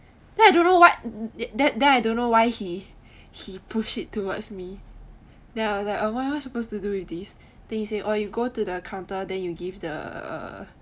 then I don't know what then I don't know why he he push it towards me then I was like um what am I supposed to do with these then he say orh you go to the counter then you give the err err